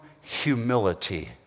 humility